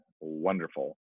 wonderful